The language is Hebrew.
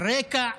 הרקע,